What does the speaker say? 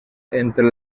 entre